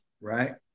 Right